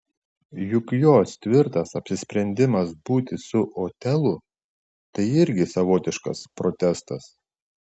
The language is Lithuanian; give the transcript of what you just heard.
juk jos tvirtas apsisprendimas būti su otelu tai irgi savotiškas protestas